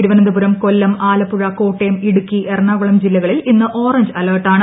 തിരുവനന്തപുരം കൊല്ലം ആലപ്പുഴ കോട്ടയം ഇടുക്കി എറണാകുളം ജില്ലകളിൽ ഇന്ന് orange alert ആണ്